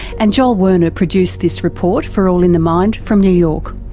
and joel werner produced this report for all in the mind from new york.